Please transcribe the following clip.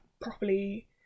properly